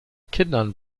kindern